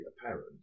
apparent